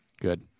good